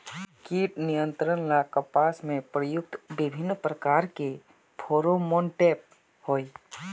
कीट नियंत्रण ला कपास में प्रयुक्त विभिन्न प्रकार के फेरोमोनटैप होई?